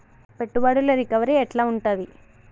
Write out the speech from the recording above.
పెట్టుబడుల రికవరీ ఎట్ల ఉంటది?